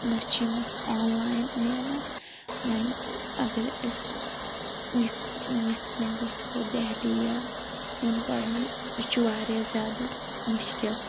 نہِ چھِ یِم اَسہِ آنلایِن میلان وۄنۍ اَگَر أسۍ یِتھ یِتھ کٔنۍ گَژھو دہلی یا کُن پَرنہِ یہِ چھِ وارِیاہ زیادٕ مُشکِل